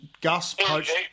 Gus